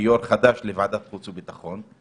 כיו"ר חדש לוועדת החוץ והביטחון,